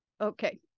Okay